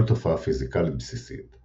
כל תופעה פיזיקלית בסיסית,